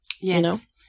yes